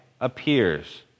appears